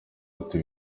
ati